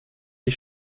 les